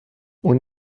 اون